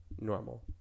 Normal